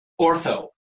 ortho